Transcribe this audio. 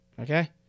Okay